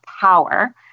power